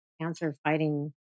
cancer-fighting